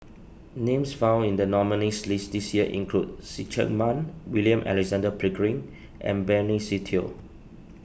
names found in the nominees' list this year include See Chak Mun William Alexander Pickering and Benny Se Teo